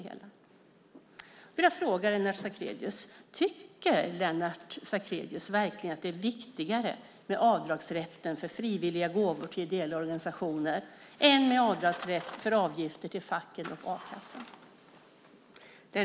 Jag vill fråga Lennart Sacrédeus: Tycker Lennart Sacrédeus verkligen att det är viktigare med avdragsrätten för frivilliga gåvor till ideella organisationer än med avdragsrätt för avgifter till facken och a-kassan?